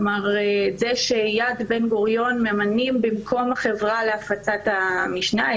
זה שיד בן-גוריון ממנים במקום החברה להפצת המשנה,